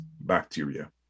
bacteria